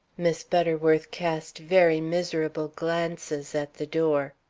miss butterworth cast very miserable glances at the door.